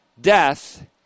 death